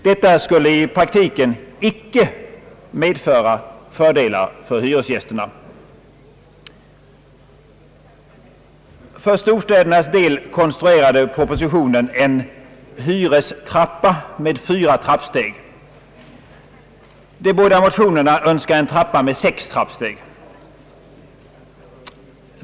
Detta skulle i praktiken icke medföra fördelar för hyresgästerna. För storstädernas del konstruerade propositionen en hyrestrappa med fyra trappsteg. De båda motionerna önskar en trappa med sex steg.